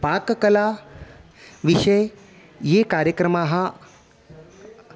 पाककलाविषये ये कार्यक्रमाः